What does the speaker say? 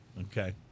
Okay